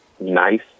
nice